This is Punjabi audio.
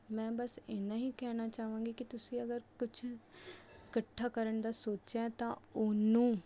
ਮੈਂ ਬਸ ਇੰਨਾ ਹੀ ਕਹਿਣਾ ਚਾਹਵਾਂਗੀ ਕਿ ਤੁਸੀਂ ਅਗਰ ਕੁਝ ਇਕੱਠਾ ਕਰਨ ਦਾ ਸੋਚਿਆ ਤਾਂ ਉਹਨੂੰ